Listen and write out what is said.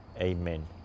Amen